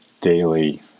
daily